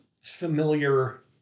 familiar